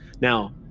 Now